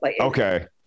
Okay